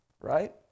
right